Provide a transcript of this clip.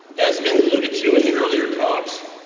as been eluded to in the earlier talks,